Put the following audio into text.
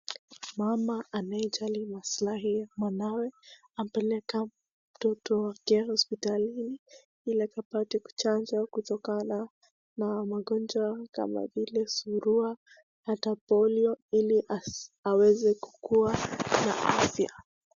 Mama anayejali maslahi mwanawe amepeleka mtoto wake hospitalini ili akapate kuchanjwa kutokana na magonjwa kama vile surua ata polio ili aweze kukuwa na afya.